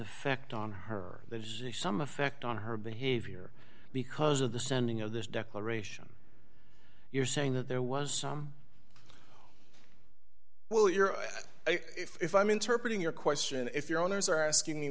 effect on her some effect on her behavior because of the sending of this declaration you're saying that there was some well you're if i'm interpreting your question if you're owners are asking me